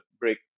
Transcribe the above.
break